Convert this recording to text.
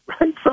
right